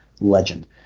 legend